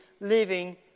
living